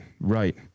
Right